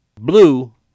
blue